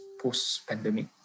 post-pandemic